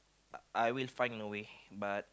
uh I will find a way but